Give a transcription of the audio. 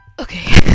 okay